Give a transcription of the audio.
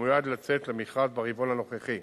ומיועד לצאת למכרז ברבעון הנוכחי.